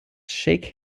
shake